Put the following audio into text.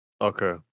Okay